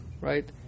right